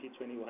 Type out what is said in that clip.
2021